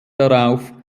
darauf